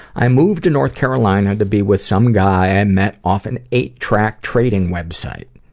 i moved to north carolina to be with some guy i met off an eight track trading website.